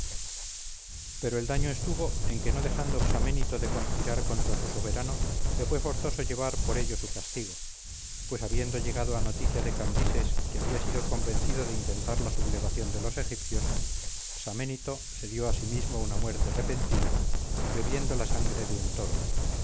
pero el daño es tuvo en que no dejando psaménito de conspirar contra su soberano le fue forzoso llevar por ello su castigo pues habiendo llegado a noticia de cambises que había sido convencido de intentar la sublevación de los egipcios psaménito se dio a sí mismo una muerte repentina bebiendo la sangre de un toro